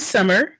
Summer